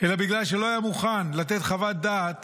אלא בגלל שלא היה מוכן לתת חוות דעת